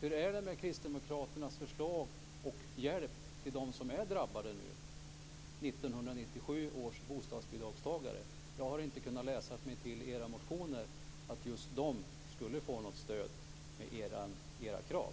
hur är det med kristdemokraternas förslag och hjälp till dem som är drabbade nu, 1997 års bostadsbidragstagare? Jag har inte kunnat läsa mig till i era motioner att just de skulle få något stöd i era krav.